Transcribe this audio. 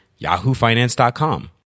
yahoofinance.com